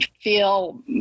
feel